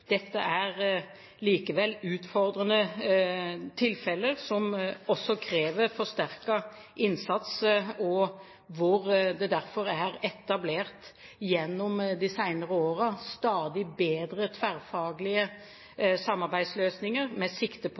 Dette er likevel utfordrende tilfeller, som også krever forsterket innsats, og hvor det derfor gjennom de senere årene er etablert stadig bedre tverrfaglige samarbeidsløsninger med sikte på